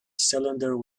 cylinder